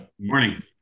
Morning